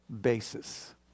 basis